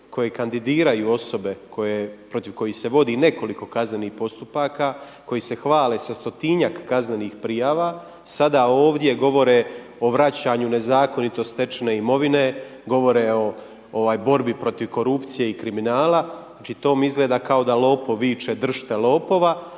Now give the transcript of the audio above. koje kandidiraju osobe protiv kojih se vodi nekoliko kaznenih postupaka, koji se hvale sa stotinjak kaznenih prijava sada ovdje govore o vraćanju nezakonito stečene imovine, govore o borbi protiv korupcije i kriminala. Znači to mi izgleda kao da lopov viče drž te lopova.